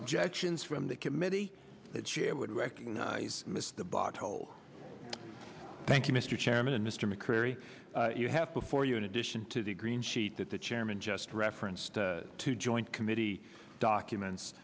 objections from the committee the chair would recognize the bottle thank you mr chairman and mr mccrary you have before you in addition to the green sheet that the chairman just referenced to joint committee documents